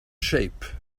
shape